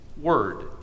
word